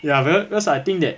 ya because because I think that